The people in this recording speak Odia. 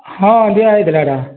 ହଁ ଦିଆହେଇଥିଲା ହେଟା